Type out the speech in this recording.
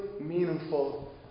meaningful